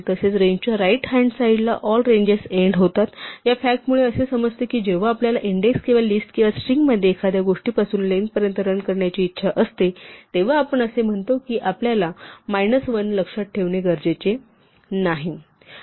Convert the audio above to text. तसेच रेंजच्या right hand साईडला ऑल रेंजेस एन्ड होतात या फॅक्टमुळे असे समजते की जेव्हा आपल्याला इंडेक्स किंवा लिस्ट किंवा स्ट्रिंगमध्ये एखाद्या गोष्टी पासून लेंग्थ पर्यंत रन करण्याची इच्छा असते तेव्हा आपण असे म्हणतो की आपल्याला मायनस 1 लक्षात ठेवणे गरजेचे नाही